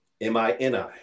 M-I-N-I